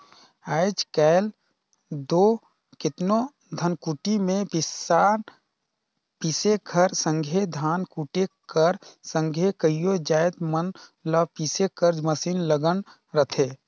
आएज काएल दो केतनो धनकुट्टी में पिसान पीसे कर संघे धान कूटे कर संघे कइयो जाएत मन ल पीसे कर मसीन लगल रहथे